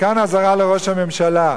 כאן אזהרה לראש הממשלה,